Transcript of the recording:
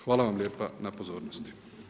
Hvala vam lijepa na pozornosti.